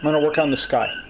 um and i'll work on the sky